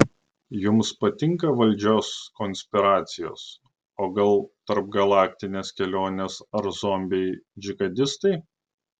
jums patinka valdžios konspiracijos o gal tarpgalaktinės kelionės ar zombiai džihadistai